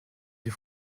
des